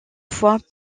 fois